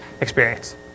experience